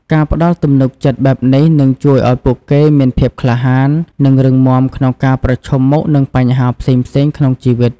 ការផ្តល់ទំនុកចិត្តបែបនេះ នឹងជួយឲ្យពួកគេមានភាពក្លាហាន និងរឹងមាំក្នុងការប្រឈមមុខនឹងបញ្ហាផ្សេងៗក្នុងជីវិត។